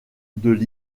deux